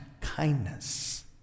kindness